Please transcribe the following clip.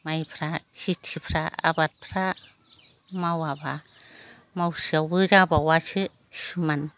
माइफ्रा खिथिफ्रा आबादफ्रा मावाब्ला मावसेयावबो जाबावासो किसुमान